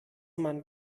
man